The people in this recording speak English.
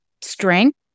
strength